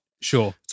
Sure